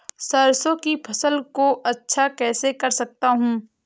सरसो की फसल को अच्छा कैसे कर सकता हूँ?